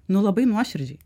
nu labai nuoširdžiai